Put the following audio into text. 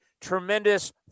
tremendous